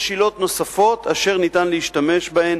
יש עילות נוספות אשר ניתן להשתמש בהן